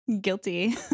guilty